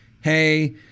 Hey